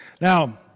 Now